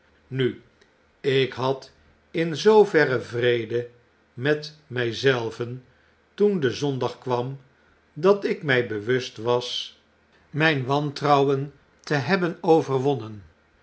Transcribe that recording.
nu i ik had in zooverre vrede met my zelven toen de zondag kwam dat ik mij bewustwas myn wantrouwen te hebben overwonnen